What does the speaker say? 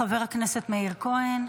חבר הכנסת מאיר כהן.